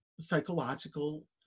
psychological